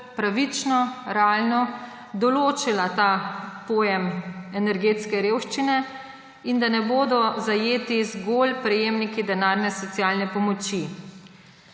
pravično in realno določil ta pojem energetske revščine in da ne bodo zajeti zgolj prejemniki denarne socialne pomoči.